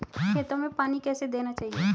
खेतों में पानी कैसे देना चाहिए?